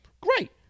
Great